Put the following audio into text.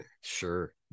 Sure